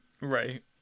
Right